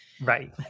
right